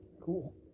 cool